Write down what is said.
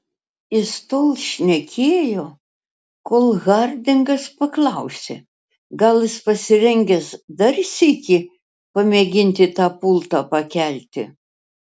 jis tol šnekėjo kol hardingas paklausė gal jis pasirengęs dar sykį pamėginti tą pultą pakelti